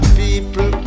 people